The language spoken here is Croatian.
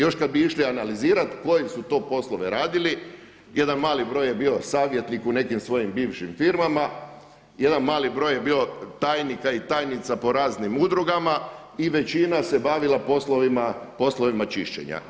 Još kad bi išli analizirati koje su to poslove radili, jedan mali broj je bio savjetnik u nekim svojim bivšim firmama, jedan mali broj je bio tajnika i tajnica po raznim udrugama i većina se bavila poslovima čišćenja.